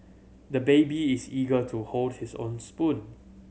the baby is eager to hold his own spoon